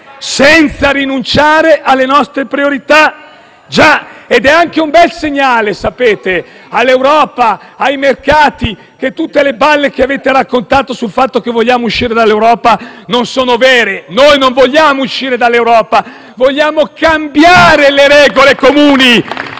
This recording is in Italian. senza rinunciare alle nostre priorità: già e, sapete, è anche un bel segnale all'Europa ed ai mercati che tutte le balle che avete raccontato sul fatto che vogliamo uscire dall'Europa non sono vere. Noi non vogliamo uscire dall'Europa; vogliamo cambiare le regole comuni